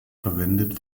verwendet